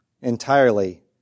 entirely